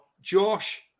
Josh